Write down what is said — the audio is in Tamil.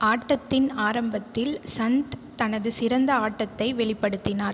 ஆட்டத்தின் ஆரம்பத்தில் சந்த் தனது சிறந்த ஆட்டத்தை வெளிப்படுத்தினார்